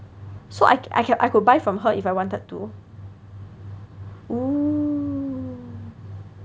so I I could I could buy from her if I wanted to oo